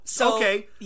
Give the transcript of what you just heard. okay